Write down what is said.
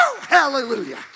Hallelujah